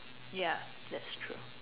ya that's true